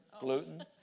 gluten